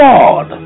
God